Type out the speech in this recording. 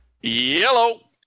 Yellow